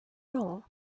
wrong